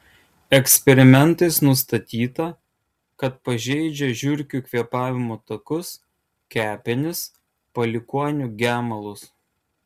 eksperimentais nustatyta kad pažeidžia žiurkių kvėpavimo takus kepenis palikuonių gemalus